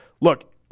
look